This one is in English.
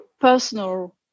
personal